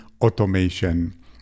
automation